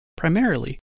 Primarily